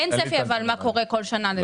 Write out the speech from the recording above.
אבל אין צפי של מה קורה כל שנה?